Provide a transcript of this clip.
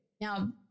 Now